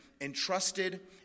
entrusted